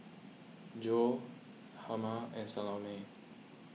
Zoa Herma and Salome